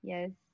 Yes